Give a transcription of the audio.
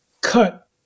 cut